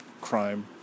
crime